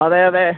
അതെ അതേ